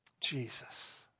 Jesus